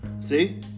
See